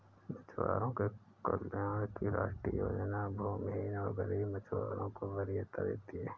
मछुआरों के कल्याण की राष्ट्रीय योजना भूमिहीन और गरीब मछुआरों को वरीयता देती है